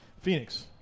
Phoenix